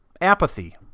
Apathy